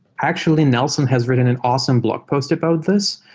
actually, nelson has written an awesome blog post about this,